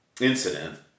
incident